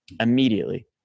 immediately